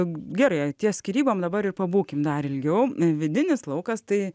gerai ties skyrybom dabar ir pabūkim dar ilgiau vidinis laukas tai